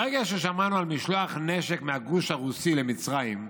ברגע ששמענו על משלוח נשק מהגוש הרוסי למצרים,